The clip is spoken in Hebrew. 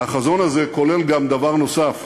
והחזון הזה כולל גם דבר נוסף: